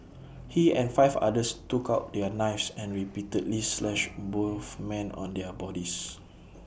he and five others took out their knives and repeatedly slashed both men on their bodies